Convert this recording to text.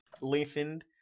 lengthened